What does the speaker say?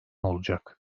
olacak